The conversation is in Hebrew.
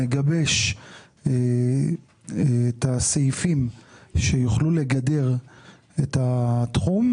נגבש את הסעיפים שיוכלו לגדר את התחום,